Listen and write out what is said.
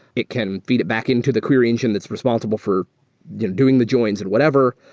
it can feed it back into the query engine that's responsible for doing the joins and whatever,